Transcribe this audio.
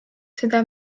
seda